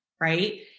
right